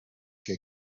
que